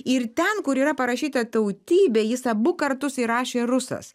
ir ten kur yra parašyta tautybė jis abu kartus įrašė rusas